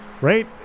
Right